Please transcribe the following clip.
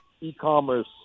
e-commerce